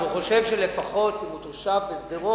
אז הוא חושב שלפחות אם הוא תושב שדרות,